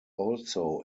also